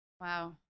wow